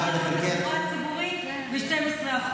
והתחבורה הציבורית ב-12%.